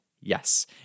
Yes